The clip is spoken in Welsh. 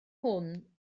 hwn